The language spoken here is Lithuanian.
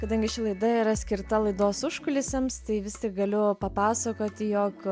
kadangi ši laida yra skirta laidos užkulisiams tai vis tik galiu papasakoti jog